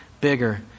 bigger